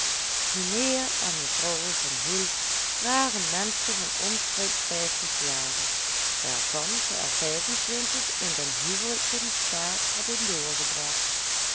mijnheer en mevrouw van hoel waren menschen van omstreeks vijftig jaren waarvan ze er vijfentwintig in den huwelijken staat hadden doorgebracht